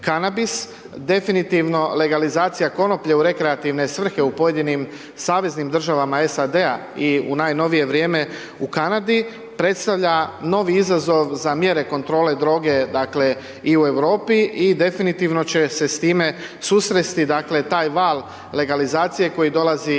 Definitivno legalizacija konoplje u rekreativne svrhe u pojedinim saveznim državama SAD-a i u najnovije vrijeme u Kanadi predstavlja novi izazov za mjere kontrole droge dakle i u Europi i definitivno će se sa time susresti, dakle taj val legalizacije koji dolazi iz